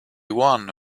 one